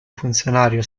funzionario